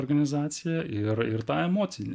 organizacija ir ir tą emocinį